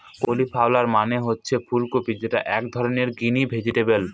cauliflower মানে হচ্ছে ফুল কপি যেটা এক ধরনের গ্রিন ভেজিটেবল